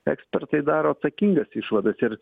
ekspertai daro atsakingas išvadas ir